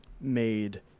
made